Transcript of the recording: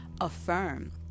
affirm